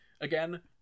again